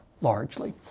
largely